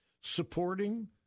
supporting